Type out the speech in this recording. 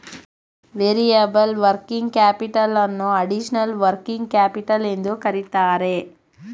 variable working capital ಅನ್ನೋ additional working capital ಎಂದು ಕರಿತರೆ